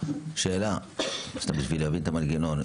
שאלה, בשביל להבין את המנגנון.